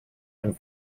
and